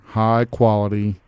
high-quality